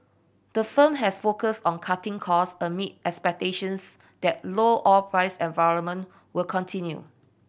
the firm has focused on cutting cost amid expectations that low oil price environment will continue